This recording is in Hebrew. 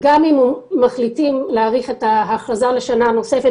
גם אם מחליטים להאריך את ההכרזה לשנה נוספת,